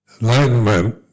Enlightenment